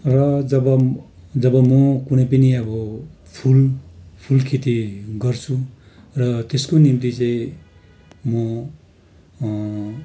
र जब जब म कुनै पनि अब फुल फुल खेती गर्छु र त्यसको निम्ति चाहिँ म